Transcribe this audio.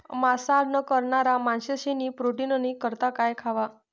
मांसाहार न करणारा माणशेस्नी प्रोटीननी करता काय खावा